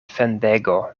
fendego